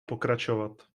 pokračovat